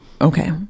Okay